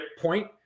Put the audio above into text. point